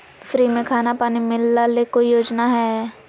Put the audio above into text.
Free में खाना पानी मिलना ले कोइ योजना हय?